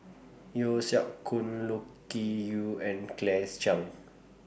Yeo Siak Goon Loke Key Yew and Claire Chiang